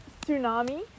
Tsunami